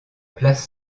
place